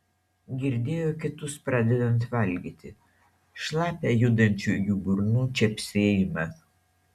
girdėjo kitus pradedant valgyti šlapią judančių jų burnų čepsėjimą